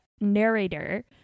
narrator